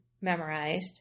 memorized